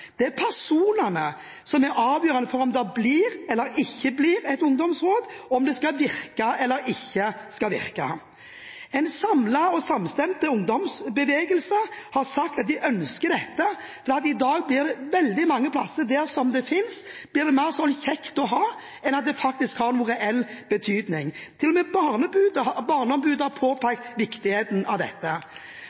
skal virke eller ikke virke. En samlet og samstemt ungdomsbevegelse har sagt at de ønsker dette, for veldig mange plasser der det finnes, blir det i dag mer sånn «kjekt å ha» enn at det faktisk har noen reell betydning. Til og med Barneombudet har påpekt viktigheten av dette.